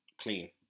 clean